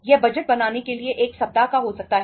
यह बजट बनाने के लिए 1 सप्ताह का हो सकता है